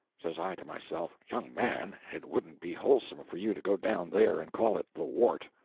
says i to myself, young man, it wouldn't be wholesome for you to go down there and call it the wart.